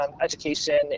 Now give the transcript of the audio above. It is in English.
education